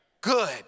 Good